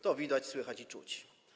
To widać, słychać i czuć.